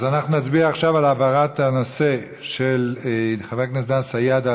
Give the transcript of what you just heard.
אז אנחנו נצביע עכשיו על העברת הנושא של חבר הכנסת דן סידה,